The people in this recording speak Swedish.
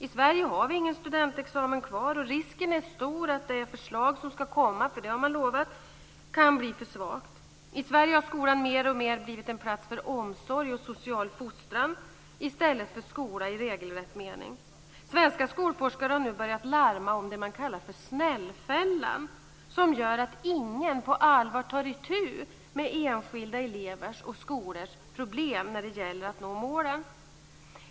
I Sverige har vi ingen studentexamen kvar, och risken är stor att det förslag som ska komma - det har man lovat - kan bli för svagt. I Sverige har skolan mer och mer blivit en plats för omsorg och social fostran i stället för skola i regelrätt mening. Svenska skolforskare har nu börjat larma om det man kallar för snällfällan som gör att ingen på allvar tar itu med enskilda elevers och skolors problem när det gäller att nå målen.